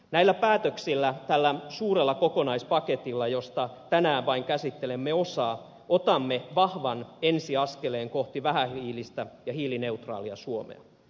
näillä päätöksillä tällä suurella kokonaispaketilla josta tänään vain käsittelemme osaa otamme vahvan ensi askeleen kohti vähähiilistä ja hiilineutraalia suomea